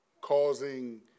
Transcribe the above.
causing